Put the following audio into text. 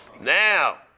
Now